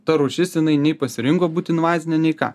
ta rūšis jinai nei pasirinko būt invazine nei ką